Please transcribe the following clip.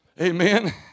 Amen